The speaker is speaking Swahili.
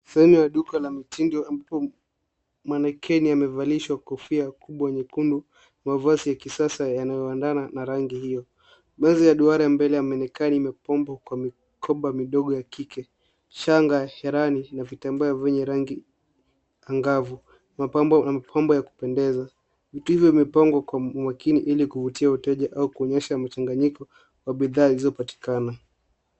Sehemu ya duka la mitindo ambapo manikini amevalishwa kofia kubwa nyekundu, mavazi ya kisasa yanayoendana na rangi hiyo. Meza ya duara mbele ya manikini, imepambwa kwa mikoba midogo ya kike. Shanga, herani na vitambaa vyenye rangi angavu na mapambo ya kupendeza, vitu hivi vimepangwa kwa umakini ili kuvutia wateja au kuonyesha mchanganyiko wa bidhaa zilizopatikana.